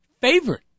favorite